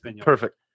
Perfect